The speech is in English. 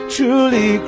Truly